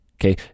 Okay